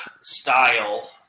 style